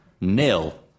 nil